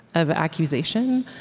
of accusation,